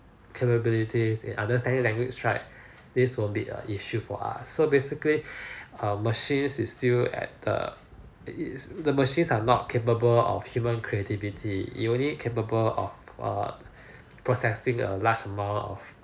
capabilities in understanding language right this will be a issue for us so basically err machines is still at the that it is the machines are not capable of human creativity it only capable of uh processing a large amount of